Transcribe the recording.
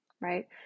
right